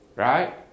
Right